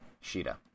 Sheeta